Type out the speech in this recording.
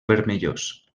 vermellós